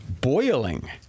boiling